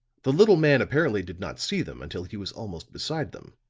the little man apparently did not see them until he was almost beside them